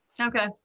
Okay